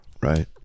Right